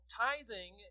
tithing